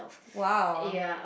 !wow!